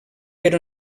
però